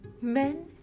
Men